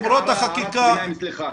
שלמרות החקיקה.